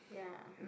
ya